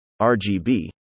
RGB